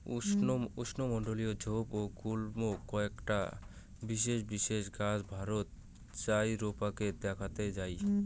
উষ্ণমণ্ডলীয় ঝোপ ও গুল্ম কয়টা বিশেষ বিশেষ গছ ভারতর চাইরোপাকে দ্যাখ্যাত যাই